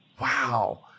wow